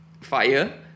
fire